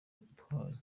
atwaye